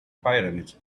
pyramids